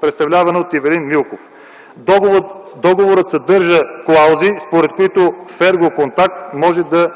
представлявано от Ивелин Милков. Договорът съдържа клаузи, според които „Фероконтакт” може да